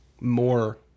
more